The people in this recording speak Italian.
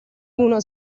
uno